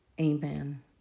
Amen